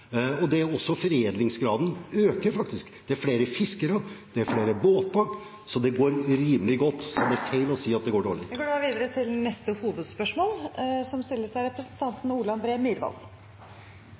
det har blitt gjort de siste årene. Og foredlingsgraden øker faktisk. Det er flere fiskere, det er flere båter. Så det går rimelig godt, og det er feil å si at det går dårlig. Vi går videre til neste hovedspørsmål.